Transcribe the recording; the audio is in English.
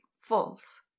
false